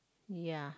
ya